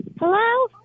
Hello